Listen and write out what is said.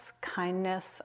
kindness